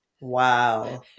wow